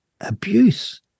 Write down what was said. abuse